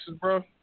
bro